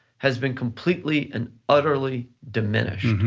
has been completely and utterly diminished,